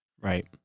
Right